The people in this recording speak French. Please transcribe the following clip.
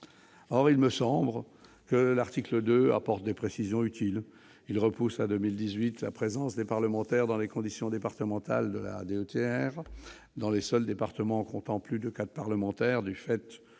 Or il me semble que l'article 2 apporte des précisions utiles : il repousse à 2018 la présence des parlementaires dans les commissions départementales de la DETR dans les seuls départements comptant plus de quatre parlementaires, en raison